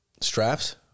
Straps